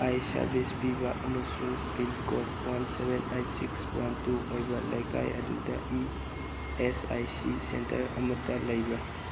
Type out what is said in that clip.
ꯑꯥꯏ service ꯄꯤꯕ ꯑꯃꯁꯨꯡ pin code one seven eight six one two ꯑꯣꯏꯅ ꯂꯩꯀꯥꯏ ꯑꯗꯨꯗ E S I C centre ꯑꯃꯇ ꯂꯩꯕ꯭ꯔꯥ